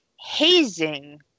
hazing